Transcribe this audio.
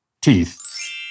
teeth